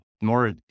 more